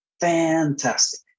fantastic